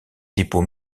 dépôts